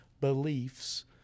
beliefs